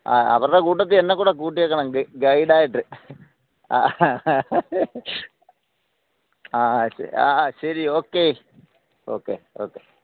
ആ അവരുടെ കൂട്ടത്തിൽ എന്നെ കൂടെ കൂട്ടിയേക്കണം ഗെ ഗൈഡ് ആയിട്ട് ആ ആ ശരി ആ ശരി ഓക്കെ ഓക്കെ ഓക്കെ